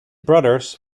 brothers